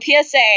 PSA